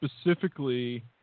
specifically –